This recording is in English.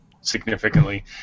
significantly